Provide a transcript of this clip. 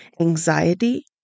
anxiety